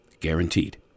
guaranteed